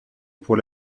pour